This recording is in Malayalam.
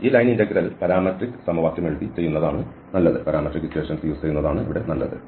ഈ ലൈൻ ഇന്റഗ്രൽ പാരാമട്രിക് സമവാക്യം എഴുതി ചെയ്യുന്നതാണ് നല്ലത്